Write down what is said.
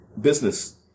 business